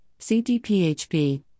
CDPHP